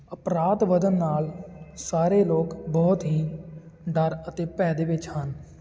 ਅਪਰਾਧ ਵਧਣ ਨਾਲ ਸਾਰੇ ਲੋਕ ਬਹੁਤ ਹੀ ਡਰ ਅਤੇ ਭੈਅ ਦੇ ਵਿੱਚ ਹਨ